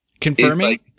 Confirming